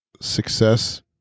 Success